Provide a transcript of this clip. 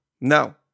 no